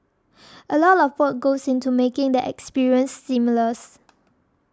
a lot of work goes into making the experience seamless